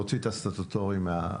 שזה להוציא את הסטטוטורי מהעסק,